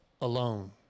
alone